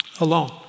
alone